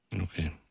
Okay